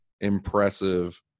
impressive